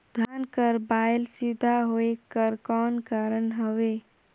धान कर बायल सीधा होयक कर कौन कारण हवे?